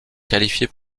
qualifiées